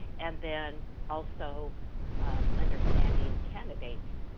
and then also understanding candidates,